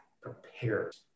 prepared